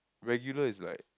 regular is like